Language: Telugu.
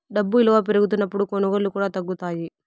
డబ్బు ఇలువ పెరుగుతున్నప్పుడు కొనుగోళ్ళు కూడా తగ్గుతాయి